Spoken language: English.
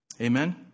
Amen